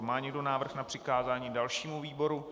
Má někdo návrh na přikázání dalšímu výboru?